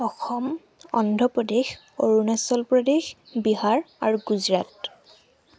অসম অন্ধ্ৰপ্ৰদেশ অৰুণাচল প্ৰদেশ বিহাৰ আৰু গুজৰাট